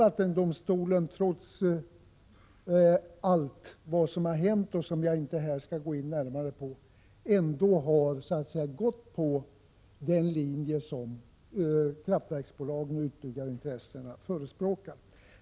Vattendomstolen har där, trots allt som har hänt och som jag här inte skall gå in på, gått på den linje som kraftverksbolagen och utbyggarintressena förespråkar.